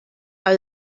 are